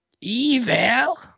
Evil